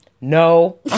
No